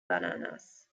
bananas